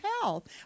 health